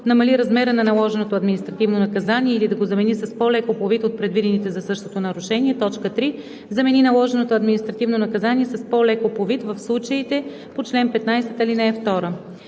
намали размера на наложеното административно наказание или да го замени с по-леко по вид от предвидените за същото нарушение; 3. замени наложеното административно наказание с по-леко по вид в случаите по чл. 15, ал. 2; 4.